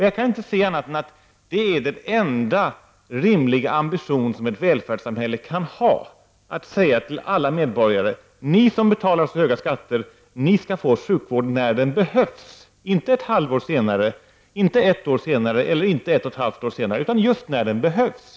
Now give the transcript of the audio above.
Jag kan inte se annat än att det är den enda rimliga ambitionen som ett välfärdssamhälle kan ha, alltså att man säger till alla medborgare: Ni som betalar så höga skatter, ni skall få sjukvård när den behövs, inte ett halvår senare, inte ett år senare, och inte ett och ett halvt år senare utan just när den behövs.